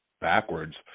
backwards